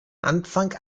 anfang